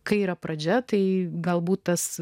kai yra pradžia tai galbūt tas